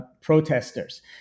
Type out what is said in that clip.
protesters